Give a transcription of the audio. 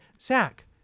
Zach